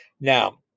Now